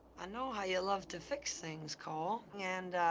i know how you love to fix things, cole. and.